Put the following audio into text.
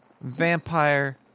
vampire